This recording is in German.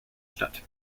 statt